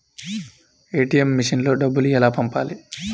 ATM మెషిన్లో డబ్బులు ఎలా పంపాలి?